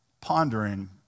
pondering